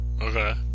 Okay